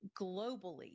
globally